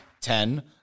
Ten